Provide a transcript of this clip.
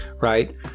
right